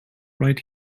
right